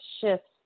shifts